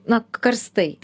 na karstai